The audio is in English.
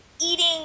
eating